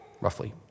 roughly